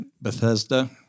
Bethesda